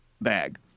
Bag